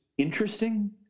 Interesting